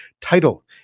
title